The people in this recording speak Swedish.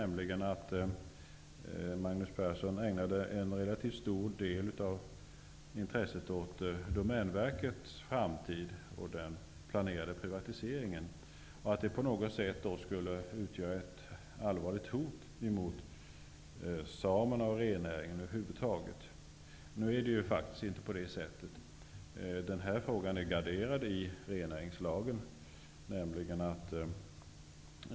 Magnus Persson ägnade en stor del av intresset åt Domänverkets framtid och den planerade privatiseringen, vilken skulle utgöra ett allvarligt hot mot samerna och renägarna över huvud taget. Det är faktiskt inte på det sättet. Denna fråga är garderad genom rennäringslagen.